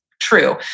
True